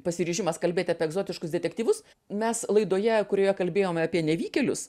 pasiryžimas kalbėti apie egzotiškus detektyvus mes laidoje kurioje kalbėjome apie nevykėlius